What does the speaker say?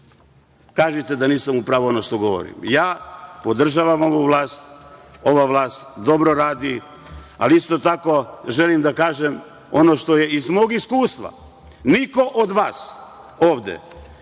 kažite da nisam u pravu ono što govorim. Ja podržavam ovu vlast. Ova vlast dobro radi. Ali, isto tako, želim da kažem ono što je iz mog iskustva. Niko od vas ovde